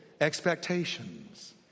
expectations